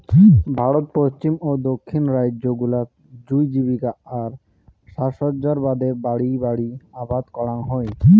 ভারতর পশ্চিম ও দক্ষিণ রাইজ্য গুলাত জুঁই জীবিকা আর সাজসজ্জার বাদে বাড়ি বাড়ি আবাদ করাং হই